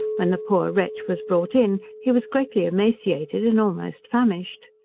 when the poor wretch was brought in, he was greatly emaciated and almost famished.